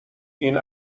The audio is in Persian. این